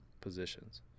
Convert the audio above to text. positions